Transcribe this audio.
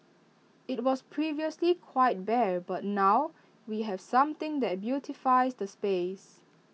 IT was previously quite bare but now we have something that beautifies the space